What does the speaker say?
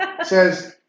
says